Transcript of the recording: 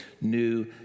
new